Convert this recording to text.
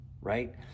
right